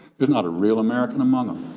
there's not a real american among them.